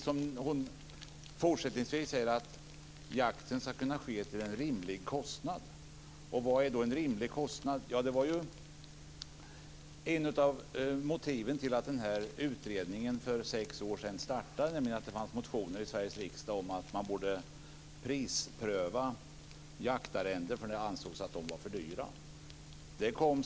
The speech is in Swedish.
Fortsättningsvis säger hon att jakten ska kunna ske till en rimlig kostnad. Vad är då en rimlig kostnad? Ett av motiven till den utredning som startade för sex år sedan var att det fanns motioner i Sveriges riksdag om att man borde prispröva jaktarrenden, för det ansågs att de var för dyra.